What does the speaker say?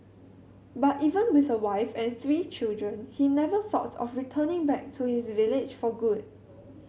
but even with a wife and three children he never thought of returning back to his village for good